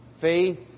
faith